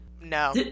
No